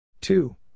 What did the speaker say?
two